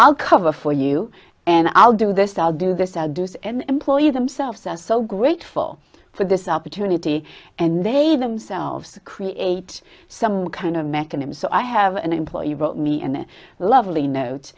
i'll cover for you and i'll do this i'll do this our dues and employee themselves are so grateful for this opportunity and they themselves create some kind of mechanism so i have an employee wrote me in a lovely note